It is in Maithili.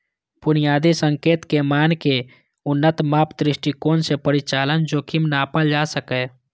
बुनियादी संकेतक, मानक आ उन्नत माप दृष्टिकोण सं परिचालन जोखिम नापल जा सकैए